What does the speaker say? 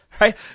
Right